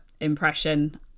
impression